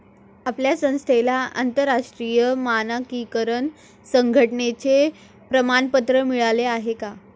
आपल्या संस्थेला आंतरराष्ट्रीय मानकीकरण संघटने चे प्रमाणपत्र मिळाले आहे का?